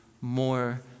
more